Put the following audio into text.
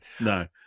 No